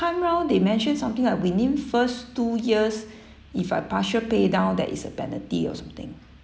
time round they mentioned something like within first two years if I partial pay down there is a penalty or something